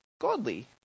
godly